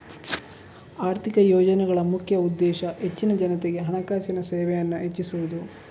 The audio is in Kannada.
ಆರ್ಥಿಕ ಯೋಜನೆಗಳ ಮುಖ್ಯ ಉದ್ದೇಶ ಹೆಚ್ಚಿನ ಜನತೆಗೆ ಹಣಕಾಸಿನ ಸೇವೆಯನ್ನ ಹೆಚ್ಚಿಸುದು